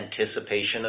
anticipation